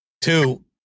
two